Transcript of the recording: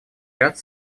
ряд